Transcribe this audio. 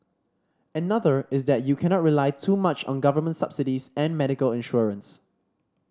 another is that you cannot rely too much on government subsidies and medical insurance